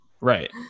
Right